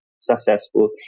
successful